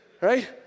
right